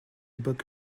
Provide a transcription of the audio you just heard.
book